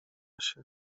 się